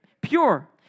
Pure